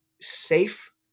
safe